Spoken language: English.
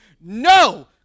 no